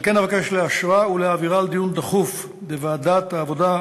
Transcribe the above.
על כן אבקש לאשר את הצעת החוק ולהעבירה לדיון דחוף בוועדת העבודה,